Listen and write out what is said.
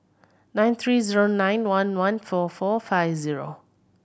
nine three zero nine one one four four five zero